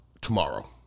tomorrow